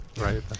right